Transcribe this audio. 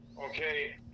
okay